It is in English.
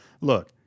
look